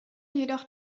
jedoch